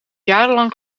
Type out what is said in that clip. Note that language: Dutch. jarenlang